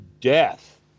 death